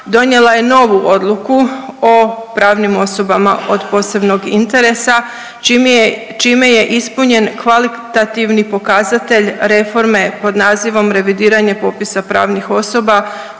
donijela je novu odluku o pravnim osobama od posebnog interesa čime je ispunjen kvalitativni pokazatelj reforme pod nazivom revidiranje popisa pravnih osoba